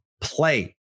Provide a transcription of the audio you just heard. play